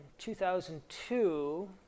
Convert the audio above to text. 2002